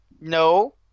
No